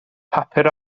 papur